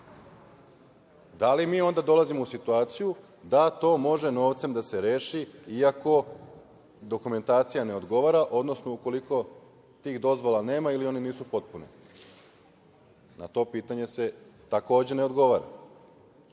Da li mi onda dolazimo u situaciju da to može novcem da se reši i ako dokumentacija ne odgovara, odnosno ukoliko tih dozvola nema ili one nisu potpune? Na to pitanje se takođe ne odgovara. Mi